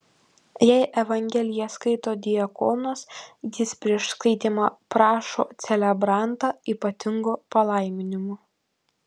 jei evangeliją skaito diakonas jis prieš skaitymą prašo celebrantą ypatingo palaiminimo